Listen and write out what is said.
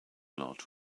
lot